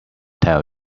tell